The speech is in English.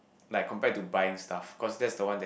like compared to buying stuff cause that's the one that